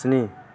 स्नि